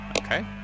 okay